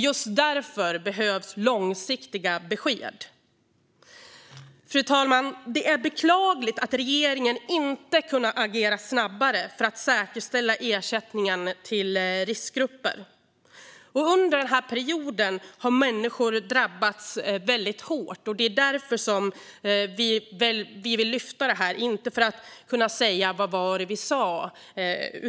Just därför behövs långsiktiga besked. Fru talman! Det är beklagligt att regeringen inte har kunnat agera snabbare för att säkerställa ersättningen till riskgrupper. Under perioden har människor drabbats hårt. Det är därför vi vill lyfta upp det här, inte för att säga: Vad var det vi sa.